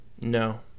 No